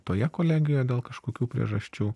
toje kolegijoje dėl kažkokių priežasčių